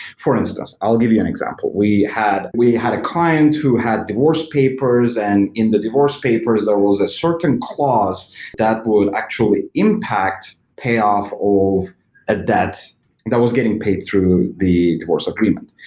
for instance, i'll give you an example. we had we had a client who had divorce papers and in the divorce papers there was a certain clause that would actually impact payoff of a debt that was getting paid through the divorce agreement.